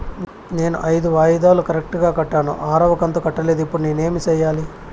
నేను ఐదు వాయిదాలు కరెక్టు గా కట్టాను, ఆరవ కంతు కట్టలేదు, ఇప్పుడు నేను ఏమి సెయ్యాలి?